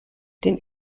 den